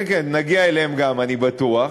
כן, נגיע גם אליהם, אני בטוח,